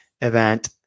Event